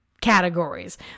categories